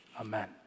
Amen